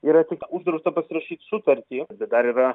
yra tik uždrausta pasirašyt sutartį bet dar yra